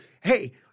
hey